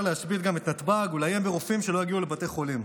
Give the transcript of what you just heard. להשבית גם את נתב"ג ולאיים שרופאים לא יגיעו לבתי חולים.